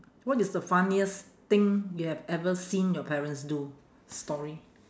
what is the funniest thing you have ever seen your parents do story